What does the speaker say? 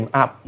up